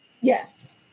Yes